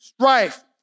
Strife